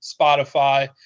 Spotify